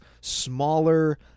smaller